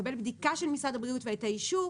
לקבל בדיקה של משרד הבריאות ואת האישור